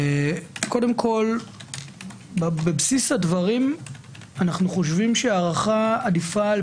קודם כול בבסיס הדברים אנחנו חושבים שהארכה עדיפה על